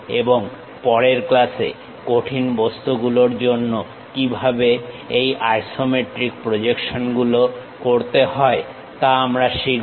এবং পরের ক্লাসে কঠিন বস্তুগুলোর জন্য কিভাবে এই আইসোমেট্রিক প্রজেকশন গুলো করতে হয় তা আমরা শিখব